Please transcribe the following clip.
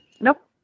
Nope